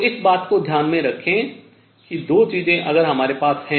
तो इस बात को ध्यान में रखें कि 2 चीजें अगर हमारे पास है